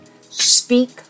Speak